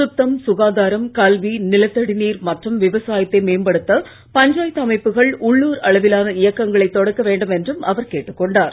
சுத்தம் சுகாதாரம் கல்வி நிலத்தடி நீர் மற்றும் விவசயாத்தை மேம்படுத்த பஞ்சாயத்து அமைப்புகள் உள்ளுர் அளவிலான இயக்கங்களை தொடக்க வேண்டும் என்றும் அவர் கேட்டுக் கொண்டார்